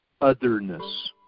otherness